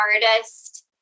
hardest